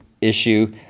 issue